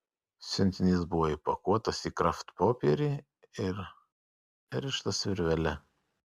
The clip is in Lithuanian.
siuntinys buvo įpakuotas į kraftpopierį ir perrištas virvele